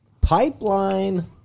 pipeline